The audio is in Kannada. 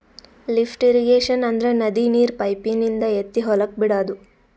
ಲಿಫ್ಟ್ ಇರಿಗೇಶನ್ ಅಂದ್ರ ನದಿ ನೀರ್ ಪೈಪಿನಿಂದ ಎತ್ತಿ ಹೊಲಕ್ ಬಿಡಾದು